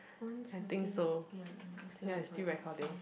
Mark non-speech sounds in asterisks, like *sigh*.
one something ya still recording ya *noise*